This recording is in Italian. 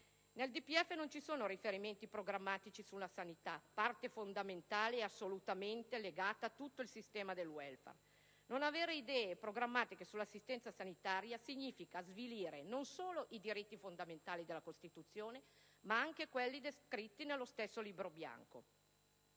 Nel DPEF non ci sono riferimenti programmatici sulla sanità, parte fondamentale e assolutamente legata a tutto il sistema del *welfare*. Non avere idee programmatiche sull'assistenza sanitaria significa svilire non solo uno dei diritti fondamentali della Costituzione, ma anche quelli descritti nello stesso Libro bianco.